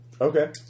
Okay